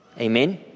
Amen